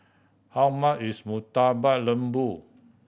how much is Murtabak Lembu